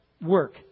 work